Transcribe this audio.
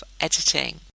editing